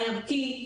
הערכי,